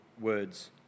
words